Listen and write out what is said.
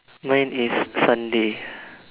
mine is Sunday